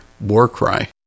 Warcry